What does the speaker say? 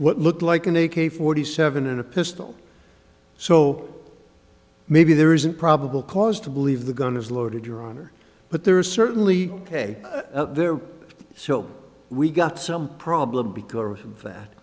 what looked like an a k forty seven and a pistol so maybe there isn't probable cause to believe the gun is loaded your honor but there is certainly k there so we got some problem because of that